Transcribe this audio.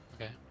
Okay